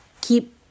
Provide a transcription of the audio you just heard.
keep